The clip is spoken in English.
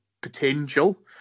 potential